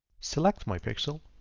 select my pixel.